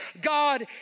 God